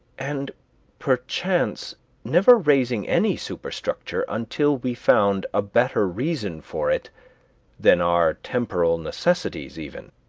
and perchance never raising any superstructure until we found a better reason for it than our temporal necessities even.